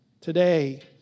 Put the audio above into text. today